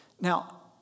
Now